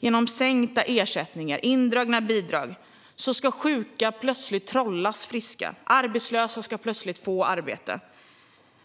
Genom sänkta ersättningar och indragna bidrag ska sjuka plötsligt trollas friska. Arbetslösa ska plötsligt få arbete.